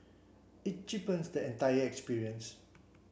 it cheapens the entire experience